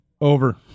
Over